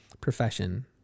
profession